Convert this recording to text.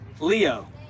leo